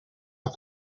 are